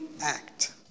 act